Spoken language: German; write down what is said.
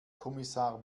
kommissar